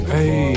Hey